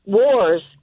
wars